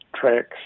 tracks